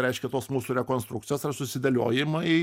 reiškia tos mūsų rekonstrukcijos ar susidėliojimai